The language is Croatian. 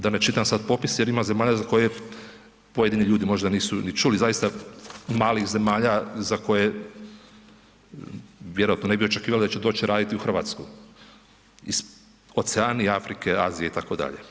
Da ne čitam sad popis jer ima zemalja za koje pojedini ljudi možda nisu ni čuli, zaista malih zemalja za koje vjerojatno ne bi očekivali da će doći raditi u Hrvatsku, iz Oceanije, Afrike, Azije itd.